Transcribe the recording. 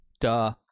Duh